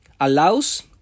allows